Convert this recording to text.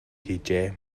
хийжээ